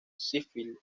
sheffield